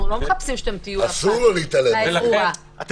אנחנו לא מחפשים שתהיו אפתיים לאירוע, אנחנו